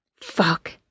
Fuck